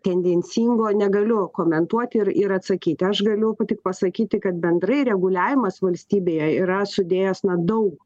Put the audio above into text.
tendencingo negaliu komentuot ir ir atsakyti aš galiu tik pasakyti kad bendrai reguliavimas valstybėje yra sudėjęs na daug